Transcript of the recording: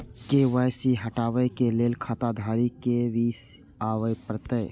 KYC हटाबै के लैल खाता धारी के भी आबे परतै?